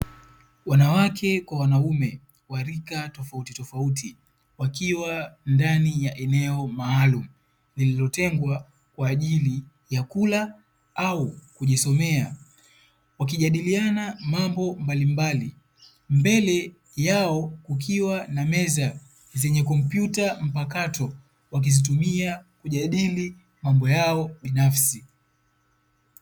Wanawake kwa wanaume wa rika tofauti tofauti wakiwa ndani ya eneo maalum lililotengwa kwa ajili ya kula au kujisomea wakijadiliana mambo mbalimbali mbele yao kukiwa na meza zenye kompyuta mpakato wakizitumia kujadili mambo yao binafsi.